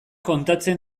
kontatzen